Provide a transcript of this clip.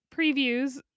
previews